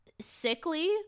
sickly